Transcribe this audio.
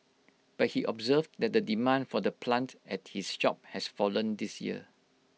but he observed that the demand for the plant at his shop has fallen this year